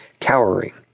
cowering